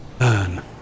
earn